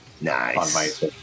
Nice